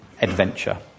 adventure